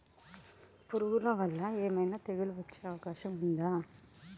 పురుగుల వల్ల ఏమైనా తెగులు వచ్చే అవకాశం ఉందా?